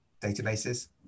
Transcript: databases